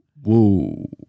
Whoa